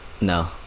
No